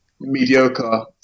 Mediocre